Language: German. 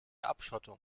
abschottung